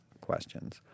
questions